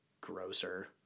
grosser